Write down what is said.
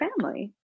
family